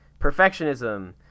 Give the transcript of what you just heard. Perfectionism